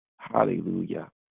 Hallelujah